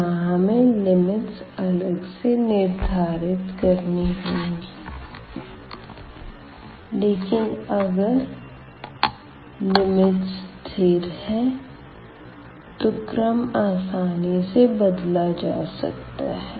यहां हमें लिमिट्स अलग से निर्धारित करनी होगी लेकिन अगर लिमिट्स स्थिर है तो क्रम आसानी से बदला जा सकता है